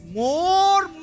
more